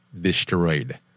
destroyed